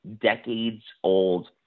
decades-old